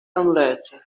omelette